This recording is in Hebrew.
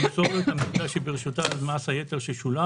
תמסור לו את המידע שברשותה על מס היתר ששולם